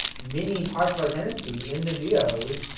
many parts of our tenancy in the geos,